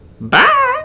Bye